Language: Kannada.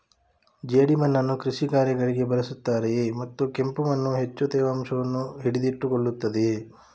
ಜೇಡಿಮಣ್ಣನ್ನು ಕೃಷಿ ಕಾರ್ಯಗಳಿಗೆ ಬಳಸುತ್ತಾರೆಯೇ ಮತ್ತು ಕೆಂಪು ಮಣ್ಣು ಹೆಚ್ಚು ತೇವಾಂಶವನ್ನು ಹಿಡಿದಿಟ್ಟುಕೊಳ್ಳುತ್ತದೆಯೇ?